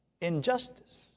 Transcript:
injustice